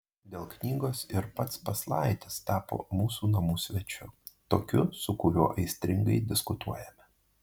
dėl knygos ir pats paslaitis tapo mūsų namų svečiu tokiu su kuriuo aistringai diskutuojame